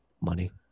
Money